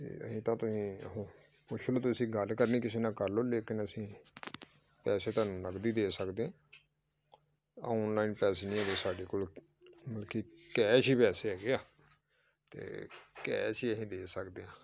ਅਤੇ ਨਹੀਂ ਤਾਂ ਤੁਸੀਂ ਪੁੱਛ ਲਓ ਤੁਸੀਂ ਗੱਲ ਕਰਨੀ ਕਿਸੇ ਨਾਲ ਕਰ ਲਓ ਲੇਕਿਨ ਅਸੀਂ ਪੈਸੇ ਤੁਹਾਨੂੰ ਨਕਦ ਹੀ ਦੇ ਸਕਦੇ ਹਾਂ ਔਨਲਾਈਨ ਪੈਸੇ ਨਹੀਂ ਹੈਗੇ ਸਾਡੇ ਕੋਲ ਬਲਕਿ ਕੈਸ਼ ਹੀ ਪੈਸੇ ਹੈਗੇ ਆ ਅਤੇ ਕੈਸ਼ ਈ ਅਸੀਂ ਦੇ ਸਕਦੇ ਹਾਂ